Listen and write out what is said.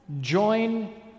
join